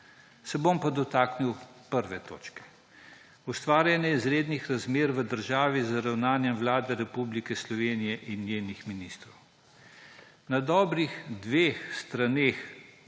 Se bom pa dotaknil 1. točke: ustvarjanje izrednih razmer v državi z ravnanjem Vlade Republike Slovenije in njenih ministrov. Na dobrih dveh straneh